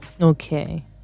Okay